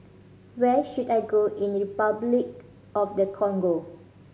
where should I go in Repuclic of the Congo